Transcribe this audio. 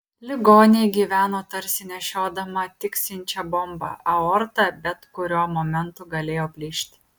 ligonė gyveno tarsi nešiodama tiksinčią bombą aorta bet kuriuo momentu galėjo plyšti